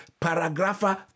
Paragrapha